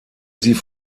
sie